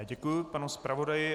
Děkuji panu zpravodaji.